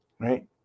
right